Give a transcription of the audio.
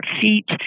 feet